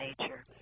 nature